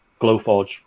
glowforge